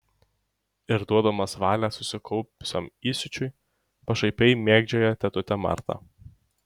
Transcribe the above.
ir duodamas valią susikaupusiam įsiūčiui pašaipiai mėgdžioja tetutę martą